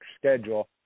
schedule